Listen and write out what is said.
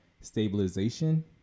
stabilization